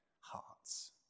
hearts